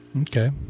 Okay